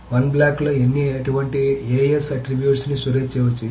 1 బ్లాక్లో ఎన్ని అటువంటి AS అట్రిబ్యూట్స్ ని స్టోరేజ్ చేయవచ్చు ఇది